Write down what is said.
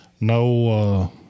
No